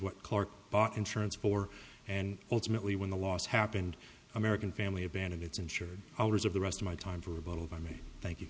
what clark bought insurance for and ultimately when the loss happened american family benefits ensured hours of the rest of my time for rebuttal by me thank you